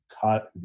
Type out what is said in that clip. cut